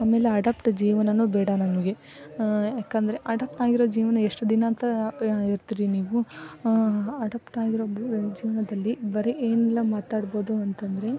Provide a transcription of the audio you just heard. ಆಮೇಲೆ ಅಡಪ್ಟ್ ಜೀವನನೂ ಬೇಡ ನಮಗೆ ಏಕಂದ್ರೆ ಅಡಪ್ಟ್ ಆಗಿರೋ ಜೀವನ ಎಷ್ಟು ದಿನ ಅಂತ ಇರ್ತೀರಿ ನೀವು ಅಡಪ್ಟ್ ಆಗಿರೋ ಬು ಜೀವನದಲ್ಲಿ ಬರೀ ಏನೆಲ್ಲ ಮಾತಾಡ್ಬೋದು ಅಂತಂದರೆ